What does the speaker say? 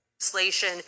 Legislation